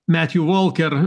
metju volker